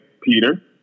Peter